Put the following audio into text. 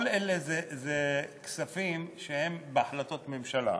כל אלה הם כספים שהם בהחלטות ממשלה.